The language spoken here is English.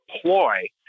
ploy